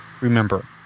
remember